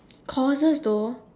courses though